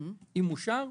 אם זה אושר,